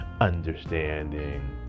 Understanding